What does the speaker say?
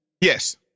Yes